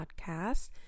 Podcast